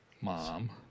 mom